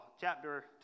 chapter